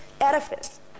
edifice